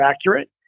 accurate